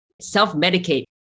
self-medicate